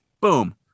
boom